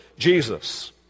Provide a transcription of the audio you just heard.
Jesus